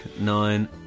nine